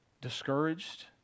discouraged